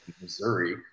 Missouri